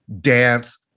dance